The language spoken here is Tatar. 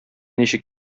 ничек